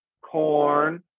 Corn